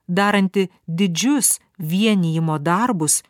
daranti didžius vienijimo darbus